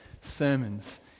sermons